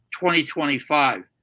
2025